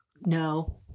No